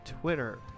Twitter